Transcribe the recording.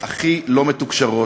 הכי לא מתוקשרות,